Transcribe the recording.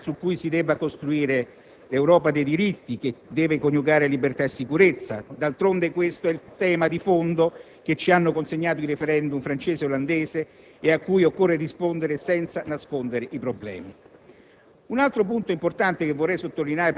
questo uno dei punti cardine su cui si deve costruire l'Europa dei diritti, che deve coniugare libertà e sicurezza. D'altronde, questo è un tema di fondo che ci hanno consegnato i *referendum* francese e olandese, a cui occorre rispondere senza nascondere i problemi.